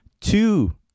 two